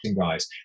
guys